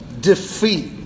defeat